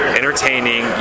entertaining